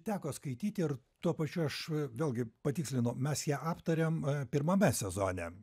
teko skaityti ir tuo pačiu aš vėlgi patikslinu mes ją aptarėm pirmame sezone